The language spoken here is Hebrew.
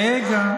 רגע.